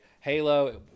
Halo